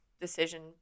decision